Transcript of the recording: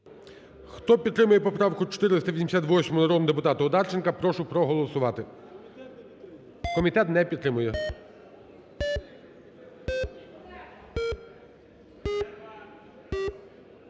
Хто підтримує поправку 488-у народного депутата Одарченка, прошу проголосувати. Комітет не підтримує.